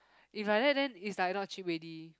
if like that then it's like not cheap already